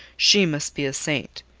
she must be a saint.